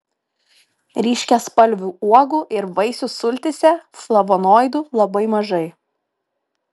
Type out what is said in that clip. ryškiaspalvių uogų ir vaisių sultyse flavonoidų labai mažai